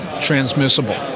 transmissible